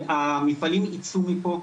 המפעלים ייצאו מפה,